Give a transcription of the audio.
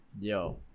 Yo